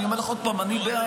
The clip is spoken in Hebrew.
אני אומר לך עוד פעם, אני בעד.